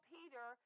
Peter